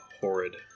horrid